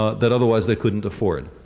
ah that otherwise they couldn't afford.